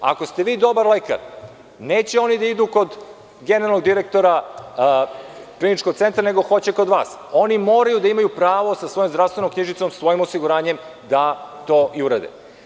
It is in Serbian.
Ako ste vi dobar lekar neće oni da idu kod generalnog direktora Kliničkog centra, nego hoće kod vas i oni moraju da imaju pravo dasa svojom zdravstvenom knjižicom, sa svojim osiguranjem to i urade.